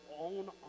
own